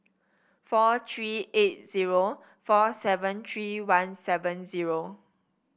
four three eight zero four seven three one seven zero